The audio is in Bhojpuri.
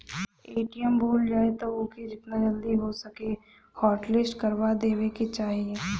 ए.टी.एम भूला जाए तअ ओके जेतना जल्दी हो सके हॉटलिस्ट करवा देवे के चाही